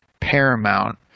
paramount